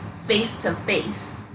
face-to-face